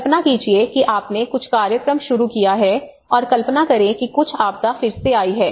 कल्पना कीजिए कि आपने कुछ कार्यक्रम शुरू किया है और कल्पना करें कि कुछ आपदा फिर से आई है